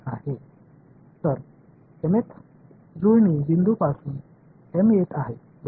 எனவே mth matching point இடத்திலிருந்து m வருகிறது